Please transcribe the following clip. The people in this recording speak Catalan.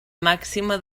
màxima